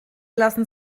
lassen